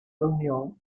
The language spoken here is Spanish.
reunión